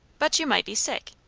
but you might be sick.